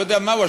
לא יודע מה הוא,